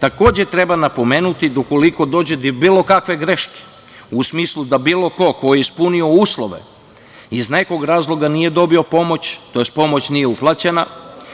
Takođe, treba napomenuti da ukoliko dođe do bilo kakve greške u smislu da bilo ko ispunjava uslove iz nekog razloga nije dobio pomoć, tj. pomoć nije uplaćena